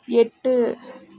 எட்டு